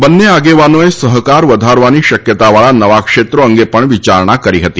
બંને આગેવાનોએ સહકાર વધારવાની શક્યતાવાળા નવા ક્ષેત્રો અંગે પણ વિચારણા કરી હતી